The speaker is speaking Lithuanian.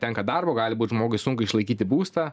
tenka darbo gali būt žmogui sunku išlaikyti būstą